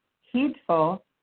heedful